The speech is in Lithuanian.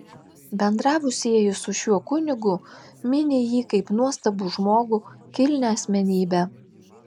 bendravusieji su šiuo kunigu mini jį kaip nuostabų žmogų kilnią asmenybę